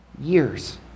years